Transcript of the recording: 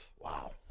Wow